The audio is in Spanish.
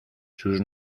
sus